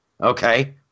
okay